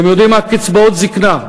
אתם יודעים מה, קצבאות זיקנה.